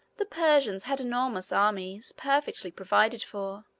the persians had enormous armies, perfectly provided for,